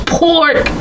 pork